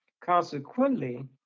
consequently